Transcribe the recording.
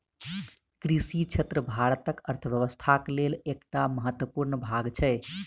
कृषि क्षेत्र भारतक अर्थव्यवस्थाक लेल एकटा महत्वपूर्ण भाग छै